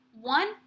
one